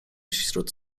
wśród